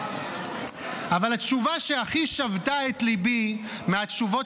אבל התשובה שהכי שבתה את ליבי מהתשובות